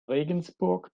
regensburg